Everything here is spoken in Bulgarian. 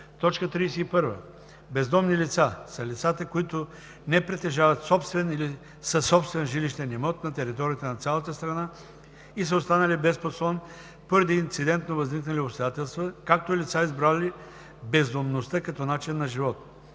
подкрепа. 31. „Бездомни лица“ са лицата, които не притежават собствен или съсобствен жилищен имот на територията на цялата страна и са останали без подслон поради инцидентно възникнали обстоятелства, както и лица, избрали бездомността като начин на живот.